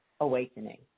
awakening